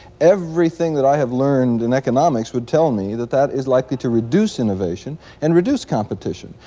everything that i have learned in economics would tell me that that is likely to reduce innovation and reduce competition.